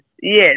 yes